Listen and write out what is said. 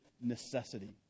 necessity